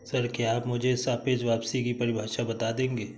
Sir, क्या आप मुझे सापेक्ष वापसी की परिभाषा बता देंगे?